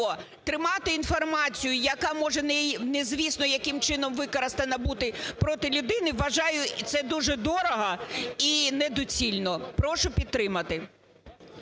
тримати інформацію, яка може не звісно яким чином використана бути проти людини, вважаю, це дуже дорого і недоцільно. Прошу підтримати.